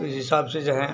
इस हिसाब से जो है